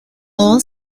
all